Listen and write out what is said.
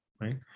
right